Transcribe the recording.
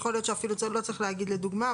יכול להיות שאפילו לא צריך להגיד לדוגמה,